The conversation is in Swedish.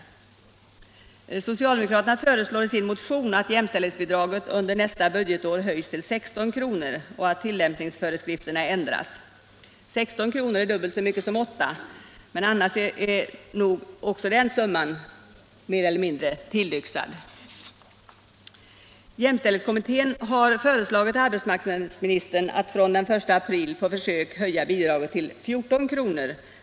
Socialdemokraterna föreslår i sin motion att jämställdhetsbidraget under nästa budgetår höjs till 16 kr. och att tillämpningsföreskrifterna ändras. 16 kr. är dubbelt så mycket som 8 kr., men annars är nog också den summan mer eller mindre tillyxad. Jämställdhetskommittén har föreslagit arbetsmarknadsministern att fr.o.m. den 1 april på försök höja bidraget till 14 kr.